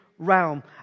Realm